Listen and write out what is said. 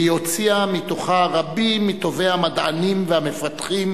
והיא הוציאה מתוכה רבים מטובי המדענים והמפתחים,